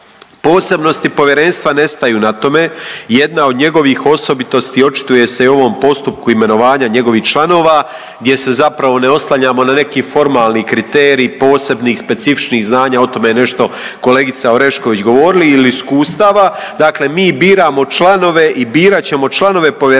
Posebnosti povjerenstva ne staju na tome. Jedna od njegovih osobitosti očituje se i u ovom postupku imenovanja njegovih članova, gdje se zapravo ne oslanjamo na neki formalni kriterij posebnih specifičnih znanja, o tome je nešto kolegica Orešković govorila ili iskustava. Dakle, mi biramo članove i birat ćemo članove povjerenstva